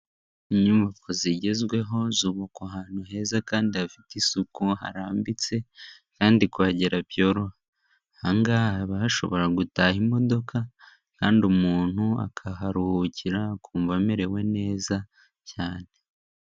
Inyubako zigezweho, zubabakwa ahantu heza kandi hafite isuku harambitse kandi kuhagera byoroha. Aha ngaha haba hashobora gutaha imodoka kandi umuntu akaharuhukira akumva amerewe neza cyane.